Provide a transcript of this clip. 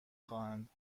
خواهند